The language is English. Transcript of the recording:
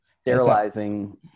sterilizing